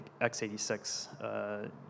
x86